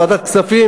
ועדת הכספים,